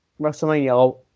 WrestleMania